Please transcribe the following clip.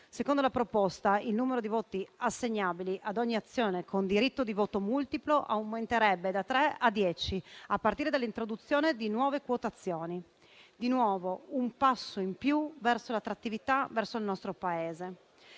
Secondo la proposta, il numero di voti assegnabili ad ogni azione con diritto di voto multiplo aumenterebbe da 3 a 10, a partire dall'introduzione di nuove quotazioni: di nuovo un passo in più verso l'attrattività del nostro Paese.